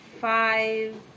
five